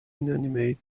inanimate